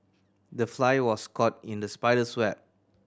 the fly was caught in the spider's web